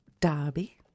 Derby